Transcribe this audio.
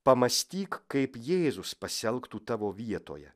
pamąstyk kaip jėzus pasielgtų tavo vietoje